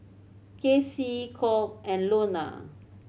Kacie Colt and Lonna